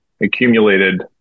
accumulated